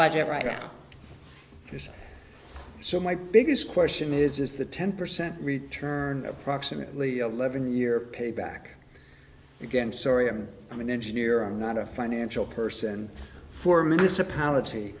budget right now is so my biggest question is is the ten percent return approximately eleven year payback again sorry i'm i'm an engineer i'm not a financial person for miss a pol